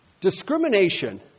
Discrimination